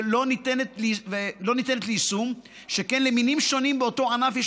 היא לא ניתנת ליישום שכן למינים שונים באותו ענף יש